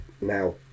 now